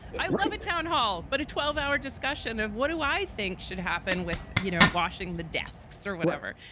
i love the town hall, but a twelve hour discussion of what do i think should happen with you know washing the desks or whatever.